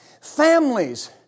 Families